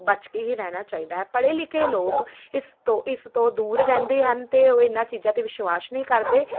ਬਚ ਕੇ ਹੀ ਰਹਿਣਾ ਚਾਹੀਦਾ ਪੜ੍ਹੇ ਲਿਖੇ ਲੋਕ ਇਸ ਤੋਂ ਇਸ ਤੋਂ ਦੂਰ ਰਹਿੰਦੇ ਹਨ ਅਤੇ ਉਹ ਇਹਨਾਂ ਚੀਜ਼ਾਂ 'ਤੇ ਵਿਸ਼ਵਾਸ ਨਹੀਂ ਕਰਦੇ